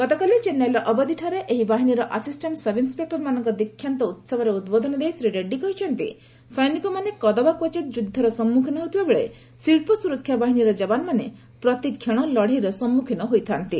ଗତକାଲି ଚେନ୍ନାଇର ଅବଦିଠାରେ ଏହି ବାହିନୀର ଆସିଷ୍ଟାଣ୍ଟ୍ ସବ୍ଇନୁପେକୁରମାନଙ୍କ ଦୀକ୍ଷାନ୍ତ ଉହବରେ ଉଦ୍ବୋଧନ ଦେଇ ଶ୍ରୀ ରେଡ୍ଡୀ କହିଛନ୍ତି ସୈନିକମାନେ କଦବା କ୍ୱଚିତ ଯୁଦ୍ଧର ସମ୍ମୁଖୀନ ହେଉଥିବା ବେଳେ ଶିଳ୍ପ ସୁରକ୍ଷା ବାହିନୀର ଯବାନମାନେ ପ୍ରତିକ୍ଷଣ ଲଢ଼େଇର ସମ୍ମୁଖୀନ ହୋଇଥାନ୍ତି